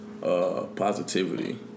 Positivity